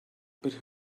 but